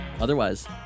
Otherwise